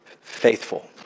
faithful